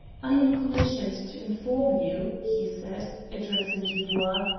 i am commissioned to inform you, he said, addressing dubois,